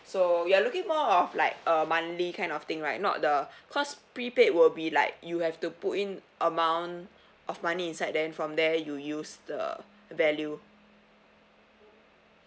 so you are looking more of like a monthly kind of thing right not the cause prepaid will be like you have to put in amount of money inside then from there you use the value